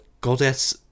goddess